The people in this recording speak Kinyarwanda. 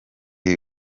iyi